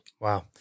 Wow